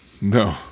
no